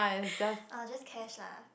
uh just cash lah